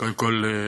קודם כול,